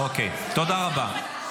אוקיי, תודה רבה.